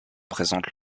présente